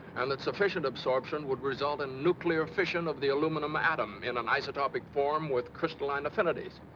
and that sufficient absorption would result in nuclear fission of the aluminum atom. in an isotopic form with crystalline affinities.